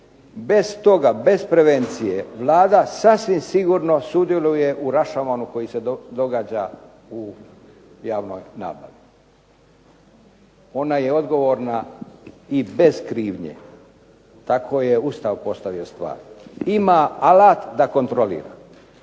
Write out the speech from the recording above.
Bez toga, bez prevencije Vlada sasvim sigurno sudjeluje u rašomanu koji se događa u javnoj nabavi. Ona je odgovorna i bez krivnje. Tako je Ustav postavio stvari. Ima alat da kontrolira.